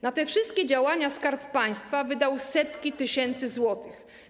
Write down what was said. Na te wszystkie działania Skarb Państwa wydał setki tysięcy złotych.